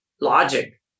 logic